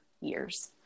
years